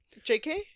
JK